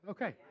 Okay